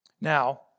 Now